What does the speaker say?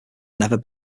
never